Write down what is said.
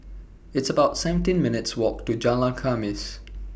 It's about seventeen minutes' Walk to Jalan Khamis